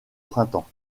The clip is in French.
printemps